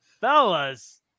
Fellas